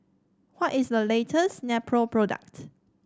what is the latest Nepro product